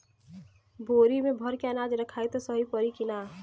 बोरी में भर के अनाज रखायी त सही परी की ना?